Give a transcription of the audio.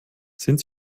sind